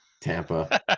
tampa